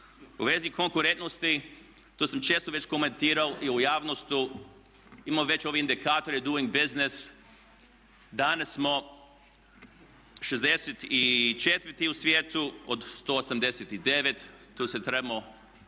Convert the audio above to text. U vezi konkurentnosti to sam često već komentirao i u javnosti imao već ovi indikatori duing biznis. Danas smo 64 u svijetu od 189. Tu se trebamo pojačati,